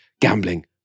gambling